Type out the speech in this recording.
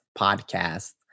podcast